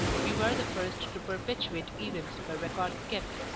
we were the first to perpetuate events by records kept.